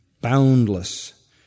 boundless